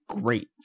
great